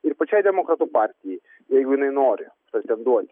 ir pačiai demokratų partijai jeigu jinai nori pretenduoti